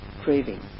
craving